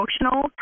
emotional